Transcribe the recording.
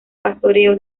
pastoreo